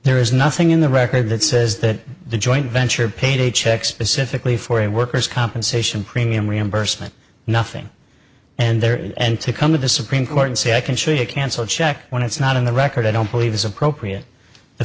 ere is nothing in the record that says that the joint venture paid a check specifically for a worker's compensation premium reimbursement nothing and there and to come to the supreme court and say i can show you canceled check when it's not in the record i don't believe it's appropriate the